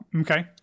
Okay